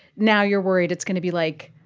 now you're worried it's going to be like,